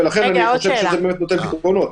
ולכן אני חושב שזה נותן פתרונות.